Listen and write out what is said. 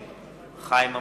נגד חיים אמסלם,